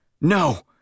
no